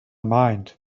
mind